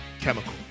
chemical